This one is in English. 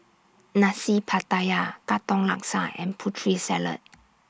Nasi Pattaya Katong Laksa and Putri Salad